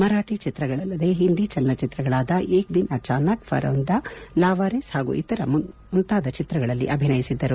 ಮರಾಠಿ ಚಿತ್ರಗಳಲ್ಲದೆ ಹಿಂದಿ ಚಲನ ಚಿತ್ರಗಳಾದ ಏಕ್ ದಿನ್ ಅಚಾನಕ್ ಫರೌಂದಾ ಲಾವಾರಿಸ್ ಹಾಗೂ ಇನ್ನೂ ಮುಂತಾದ ಚಿತ್ರಗಳಲ್ಲಿ ಅಭಿನಯಿಸಿದ್ದರು